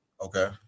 okay